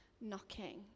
knocking